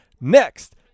Next